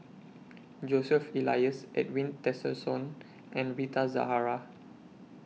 Joseph Elias Edwin Tessensohn and Rita Zahara